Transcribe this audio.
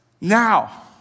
Now